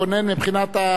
אם הוא יודע בעל-פה,